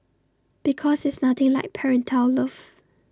because there's nothing like parental love